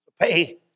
Pay